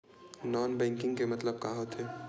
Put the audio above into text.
Non banking के मतलब का होथे?